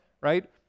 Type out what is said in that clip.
right